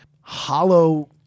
hollow